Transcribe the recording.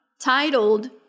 titled